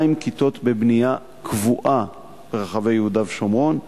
כיתות בבנייה קבועה ברחבי יהודה ושומרון,